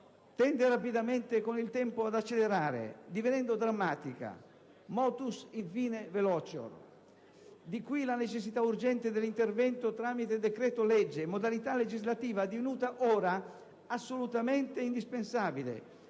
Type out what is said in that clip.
tende rapidamente con il tempo ad accelerare, divenendo drammatica: *motus in fine velocior*. Di qui la necessità urgente dell'intervento tramite decreto-legge, modalità legislativa divenuta ora assolutamente indispensabile;